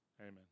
Amen